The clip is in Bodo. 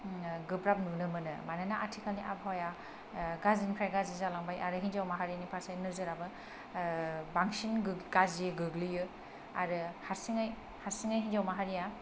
गोब्राब नुनो मोनो मानोना आथिखालनि आबहावाया गाज्रिनिफ्राय गाज्रि जालांबाय आरो हिनजाव माहारिनि फारसे नोजोराबो बांसिन गाज्रि गोग्लैयो आरो हारसिङै हारसिङै हिनजाव माहारिया